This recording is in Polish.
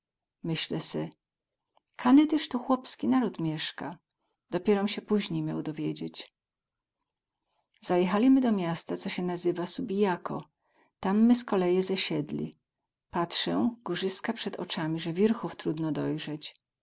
myślę se kany tyz tu chłopski naród mieska dopierom sie poźni miał dowiedzieć zajechalimy do miasta co sie nazywa subijako tam my z koleje zesiedli patrzę górzyska przed ocami ze wirchów trudno dojrzeć